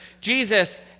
Jesus